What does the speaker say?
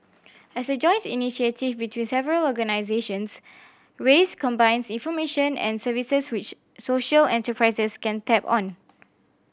as a joint initiative between several organisations raise combines information and services which social enterprises can tap on